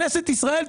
כנסת ישראל,